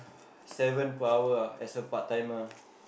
seven per hour ah as a part timer